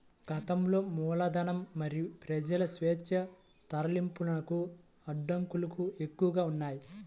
గతంలో మూలధనం మరియు ప్రజల స్వేచ్ఛా తరలింపునకు అడ్డంకులు ఎక్కువగా ఉన్నాయి